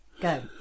Go